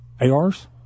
ars